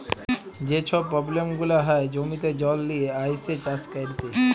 যে ছব পব্লেম গুলা হ্যয় জমিতে জল লিয়ে আইসে চাষ ক্যইরতে